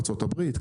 ארצות הברית,